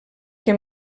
que